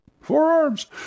forearms